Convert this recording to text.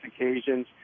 occasions